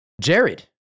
Jared